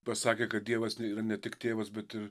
pasakė kad dievas yra ne tik tėvas bet ir